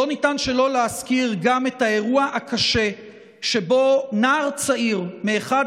לא ניתן שלא להזכיר גם את האירוע הקשה שבו נער צעיר מאחד